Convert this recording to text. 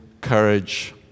courage